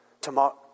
Tomorrow